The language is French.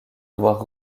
avoir